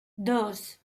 dos